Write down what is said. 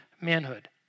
manhood